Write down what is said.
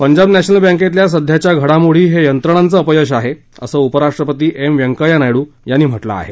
पंजाब नश्मिल बँकेतल्या सध्याच्या घडामोडी हे यंत्रणांचं अपयश आहे असं उपराष्ट्रपती एम् वेंकय्या नायडू यांनी म्हटलं आहे